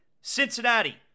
Cincinnati